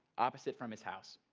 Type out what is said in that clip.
opposite from his house.